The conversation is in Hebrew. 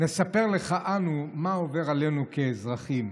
נספר לך אנו מה עובר עלינו כאזרחים.